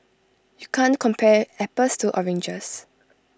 you can't compare apples to oranges